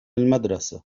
المدرسة